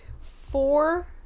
four